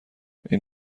این